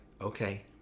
okay